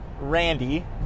Randy